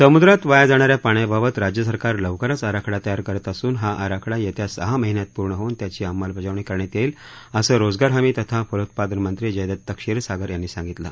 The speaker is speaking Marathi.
समुद्रात वाया जाणा या पाण्या बाबत राज्य सरकार लवकरच आराखडा तयार करत असून हा आराखडा येत्या सहा महिन्यात पूर्ण होऊन त्याची अंमलबजावणी करण्यात येईल असं रोजगार हमी तथा फलोत्पादन मंत्री जयदत क्षीरसागर यांनी सांगितलं